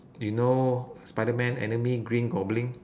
you know spiderman enemy green goblin